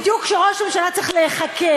בדיוק כשראש הממשלה צריך להיחקר,